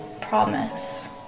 promise